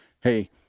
hey